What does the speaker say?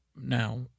now